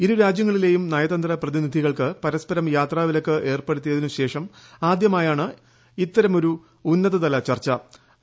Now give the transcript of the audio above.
ഇരു രാജ്യങ്ങളിലെയും നയതന്ത്രപ്രതിനിധികൾക്ക് പരസ്പരം യാത്രാവിലക്ക് ഏർപ്പെടുത്തിയതിനു ശേഷം ആദ്യമായാണ് ഇത്തരമൊരു ഉന്നതതല ചർച്ചു